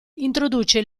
introduce